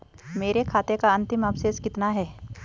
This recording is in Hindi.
मेरे खाते का अंतिम अवशेष कितना है?